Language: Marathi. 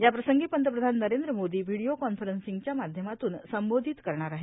याप्रसंगी पंतप्रधान नेंद्र मोदी व्हिडीओ कान्फरंसिंगच्या माध्यमातून संबोधित करणार आहेत